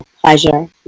pleasure